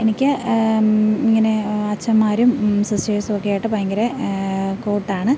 എനിക്ക് ഇങ്ങനെ അച്ഛന്മാരും സിസ്റ്റേഴ്സുമൊക്കെയായിട്ട് ഭയങ്കര കൂട്ടാണ്